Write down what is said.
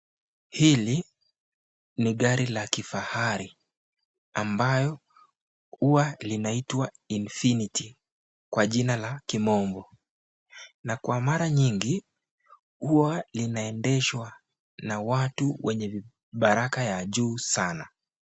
Hili ni gari la kifahari ambayo huwa linaitwa Infiniti kwa jina la kimombo na kwa mara nyingi huwa linaendeshwa na watu wenye vibaraka ya juu sana.